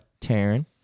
Taryn